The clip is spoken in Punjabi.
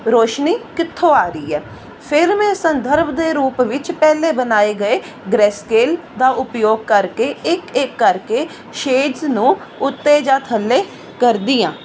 ਰੋਸ਼ਨੀ ਕਿੱਥੋਂ ਆ ਰਹੀ ਹੈ ਫਿਰ ਮੈਂ ਸੰਦਰਭ ਦੇ ਰੂਪ ਵਿੱਚ ਪਹਿਲੇ ਬਣਾਏ ਗਏ ਗ੍ਰਹਿ ਸਕੇਲ ਦਾ ਉਪਯੋਗ ਕਰਕੇ ਇੱਕ ਇੱਕ ਕਰਕੇ ਸ਼ੇਡਸ ਨੂੰ ਉੱਤੇ ਜਾਂ ਥੱਲੇ ਕਰਦੀ ਆਂ